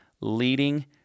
leading